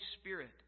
Spirit